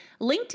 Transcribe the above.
LinkedIn